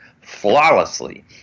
flawlessly